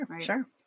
sure